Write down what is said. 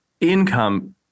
income